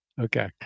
Okay